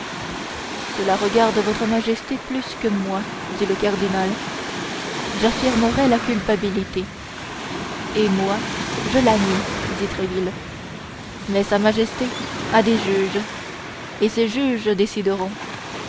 cela regarde votre majesté plus que moi dit le cardinal j'affirmerais la culpabilité et moi je la nie dit tréville mais sa majesté a des juges et ses juges